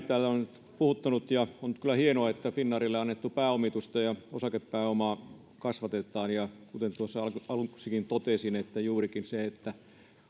täällä on nyt puhuttanut ja on nyt kyllä hienoa että finnairille annettua pääomitusta ja osakepääomaa kasvatetaan ja kuten tuossa aluksikin totesin juurikin se että